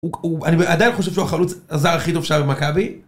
הוא הוא...אני עדיין חושב שהוא החלוץ הזר הכי טוב שהיה במכבי